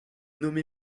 nommé